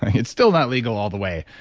it's still not legal all the way.